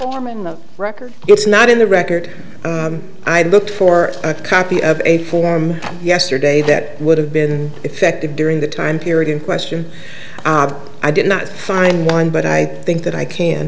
i'm in the record it's not in the record i looked for a copy of a form yesterday that would have been effective during the time period in question i did not find one but i think that i can